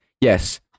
Yes